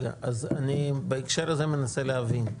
אז בהקשר הזה אני מנסה להבין: